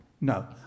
No